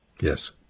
Yes